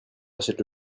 achète